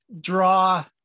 draw